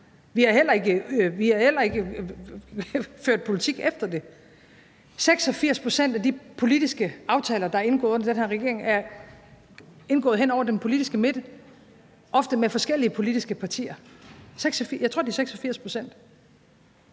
vi har heller ikke ført politik efter det. 86 pct. af de politiske aftaler, der er indgået under den her regering, er indgået hen over den politiske midte og ofte med forskellige politiske partier. Jeg tror, det er 86 pct.